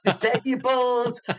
disabled